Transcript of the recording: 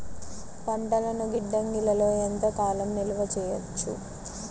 పంటలను గిడ్డంగిలలో ఎంత కాలం నిలవ చెయ్యవచ్చు?